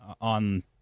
on